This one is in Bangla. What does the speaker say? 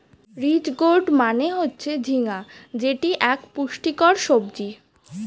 রিজ গোর্ড মানে হচ্ছে ঝিঙ্গা যেটি এক পুষ্টিকর সবজি